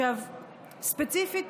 ספציפית,